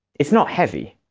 it's not heavy.